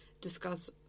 discuss